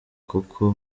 kuko